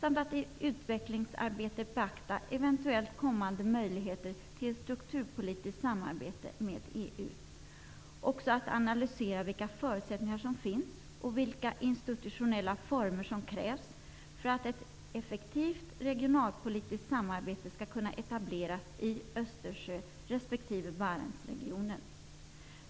I utvecklingsarbetet skall även de eventuella kommande möjligheterna till strukturpolitiskt samarbete med EU beaktas, och de förutsättningar som finns och de institutionella former som krävs, skall analyseras, för att ett effektivt regionalpolitiskt samarbete skall kunna etableras i Östersjö respektive Barentsregionen.